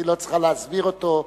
גברתי לא צריכה להסביר אותו,